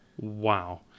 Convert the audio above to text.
Wow